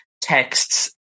texts